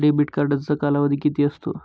Debit कार्डचा कालावधी किती असतो?